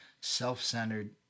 self-centered